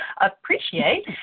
appreciate